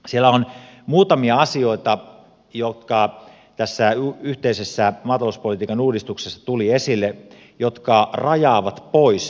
siellä on muutamia asioita jotka tässä yhteisessä maatalouspolitiikan uudistuksessa tuli esille muutamia asioita jotka rajaavat pois tukioikeudet